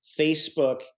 Facebook